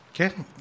Okay